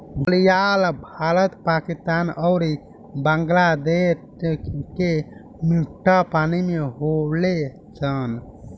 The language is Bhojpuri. घड़ियाल भारत, पाकिस्तान अउरी बांग्लादेश के मीठा पानी में होले सन